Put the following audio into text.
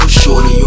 shorty